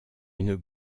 une